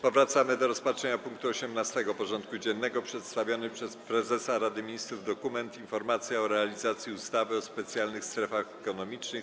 Powracamy do rozpatrzenia punktu 18. porządku dziennego: Przedstawiony przez prezesa Rady Ministrów dokument: „Informacja o realizacji ustawy o specjalnych strefach ekonomicznych.